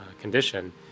condition